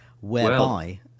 whereby